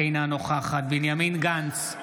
אינה נוכחת בנימין גנץ,